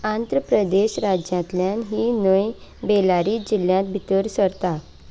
Andre Pradesh राज्यांतल्यान ही न्हंय बेलारी जिल्ल्यांत भितर सरता